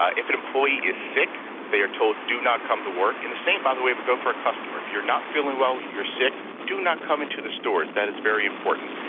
ah if an employee is sick they are told, do not come to work. and the same, by the way, would go for a customer. if you're not feeling well, you're sick, do not come into the stores. that is very important.